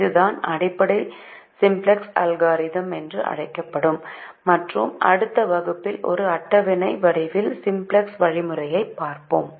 இதுதான் அடிப்படை simplex algorithm என்று அழைக்கப்படும் மற்றும் அடுத்த வகுப்பில் ஒரு அட்டவணை வடிவில் சிம்ப்ளக்ஸ் வழிமுறையைப் பார்ப்போம்